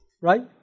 Right